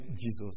Jesus